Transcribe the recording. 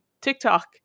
tiktok